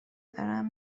دارم